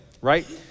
right